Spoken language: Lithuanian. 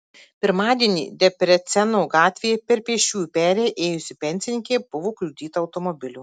pirmadienį debreceno gatvėje per pėsčiųjų perėję ėjusi pensininkė buvo kliudyta automobilio